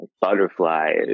butterflies